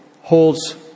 holds